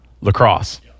lacrosse